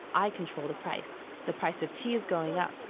i control the price. the price of tea is going up,